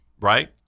right